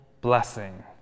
blessing